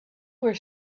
were